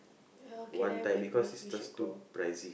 ya okay then we we should go